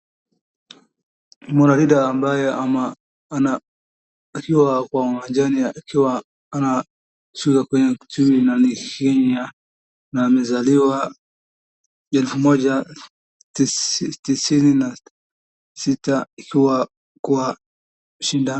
Mwanariadha ambaye ana akiwa kwa uwanjani akishiriki. Na amezaliwa elfu moja mia tisa tisini na sita akiwa shindani.